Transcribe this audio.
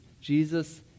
Jesus